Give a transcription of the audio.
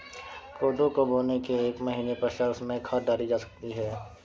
कोदो को बोने के एक महीने पश्चात उसमें खाद डाली जा सकती है